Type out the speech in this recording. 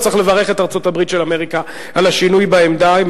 וצריך לברך את ארצות-הברית של אמריקה על השינוי בעמדה.